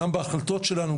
גם בהחלטות שלנו,